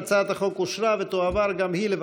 ההצעה להעביר את הצעת חוק לתיקון פקודת התעבורה (מס' 120)